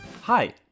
Hi